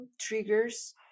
triggers